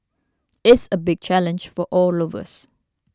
it's a big challenge for all of us